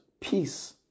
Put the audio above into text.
peace